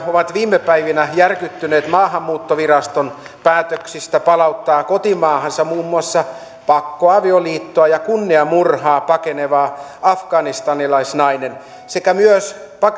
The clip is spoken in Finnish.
ovat viime päivinä järkyttyneet maahanmuuttoviraston päätöksistä palauttaa kotimaahansa muun muassa pakkoavioliittoa ja kunniamurhaa pakeneva afganistanilaisnainen sekä myös